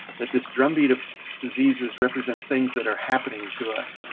that this drumbeat of diseases represent things that are happening to us.